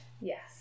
yes